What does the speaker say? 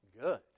good